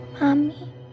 mommy